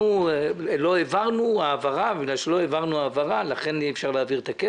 מובילים כרגע בהקשר של הגברת התחרות.